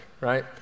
right